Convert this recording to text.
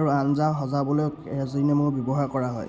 আৰু আঞ্জা সজাবলৈ কাজিনেমু ব্যৱহাৰ কৰা হয়